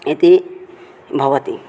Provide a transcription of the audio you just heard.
इति भवति